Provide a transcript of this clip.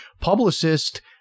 publicist